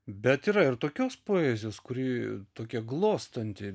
bet yra ir tokios poezijos kuri tokia glostanti